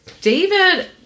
David